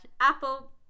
apple